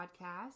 podcast